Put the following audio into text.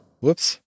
Whoops